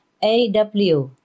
AW